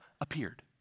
appeared